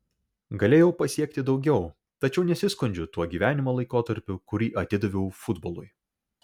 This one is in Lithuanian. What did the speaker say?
galėjau pasiekti daugiau tačiau nesiskundžiu tuo gyvenimo laikotarpiu kurį atidaviau futbolui